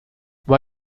why